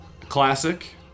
classic